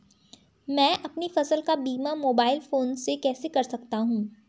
मैं अपनी फसल का बीमा मोबाइल फोन से कैसे कर सकता हूँ?